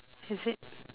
is it